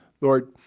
Lord